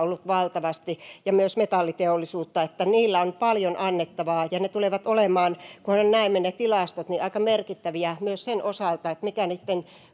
on ollut valtavasti ja myös metalliteollisuutta eli niillä on paljon annettavaa ja ne tulevat olemaan kunhan näemme ne tilastot aika merkittäviä myös sen osalta mikä niitten